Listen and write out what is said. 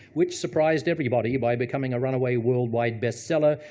which surprised everybody by becoming a runaway worldwide best seller,